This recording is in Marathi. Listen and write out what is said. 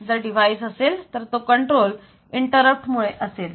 आणि जर डिवाइस असेल तर तो कंट्रोल इंटरप्ट मुळे असेल